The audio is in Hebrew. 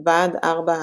ועד ארבע הארצות.